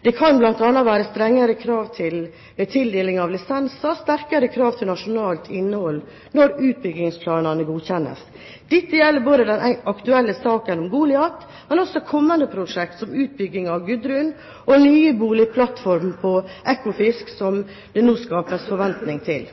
Det kan bl.a. være strengere krav ved tildeling av lisenser og sterkere krav til nasjonalt innhold når utbyggingsplanene godkjennes. Dette gjelder den aktuelle saken om Goliat, men også kommende prosjekter, som utbygging av Gudrun og ny boligplattform på Ekofisk, som det nå skapes forventninger til.